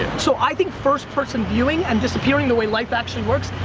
so, i think first-person viewing and disappearing, the way life actually works,